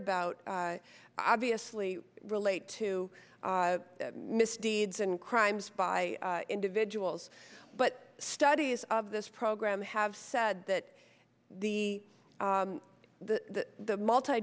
about obviously relate to misdeeds and crimes by individuals but studies of this program have said that the the the multi